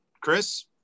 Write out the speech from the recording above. Chris